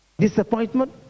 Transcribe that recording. Disappointment